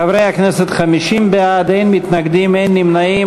חברי הכנסת, 50 בעד, אין מתנגדים, אין נמנעים.